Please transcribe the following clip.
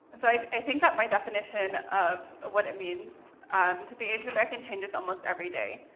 like i think that my definition of what it means to be asian american changes almost every day.